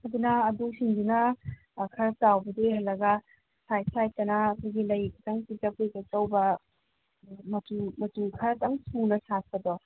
ꯑꯗꯨꯅ ꯑꯗꯨꯁꯤꯡꯗꯨꯅ ꯈꯔ ꯆꯥꯎꯕꯗꯤ ꯑꯣꯏꯍꯜꯂꯒ ꯁꯥꯏꯠ ꯁꯥꯏꯠꯇꯅ ꯑꯩꯈꯣꯏꯒꯤ ꯂꯩ ꯈꯤꯇꯪ ꯄꯤꯛꯇꯛ ꯄꯤꯛꯇꯛ ꯇꯧꯕ ꯃꯆꯨ ꯈꯔꯇꯪ ꯊꯨꯅ ꯁꯥꯠꯄꯗꯣ